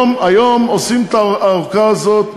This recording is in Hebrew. היום עושים את ההארכה הזאת,